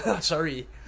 Sorry